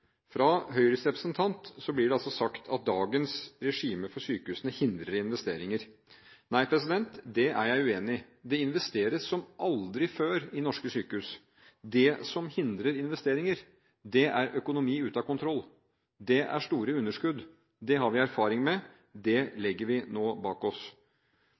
Fra Høyres representant blir det sagt at dagens regime for sykehusene hindrer investeringer. Nei, det er jeg uenig i. Det investeres som aldri før i norske sykehus. Det som hindrer investeringer, er økonomi ute av kontroll og store underskudd – det har vi erfaring med, det legger vi nå bak oss.